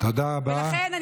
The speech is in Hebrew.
ולכן,